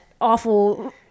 awful